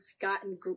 gotten